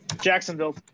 Jacksonville